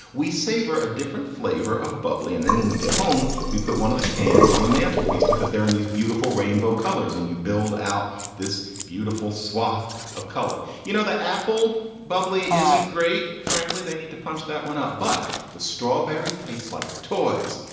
we savor a different flavor of bubbly. and then when we get home, we put one of the cans on the mantelpiece because they're in these beautiful rainbow colors and you build out this beautiful swath of color. you know, the apple bubbly isn't great, frankly. they need to punch that one out. but the strawberry tastes like toys.